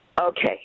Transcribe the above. Okay